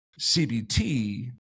CBT